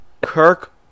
kirk